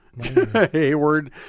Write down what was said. Hayward